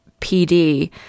PD